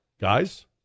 guys